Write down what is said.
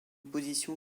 position